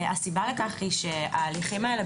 הסיבה לכך היא שההליכים האלה,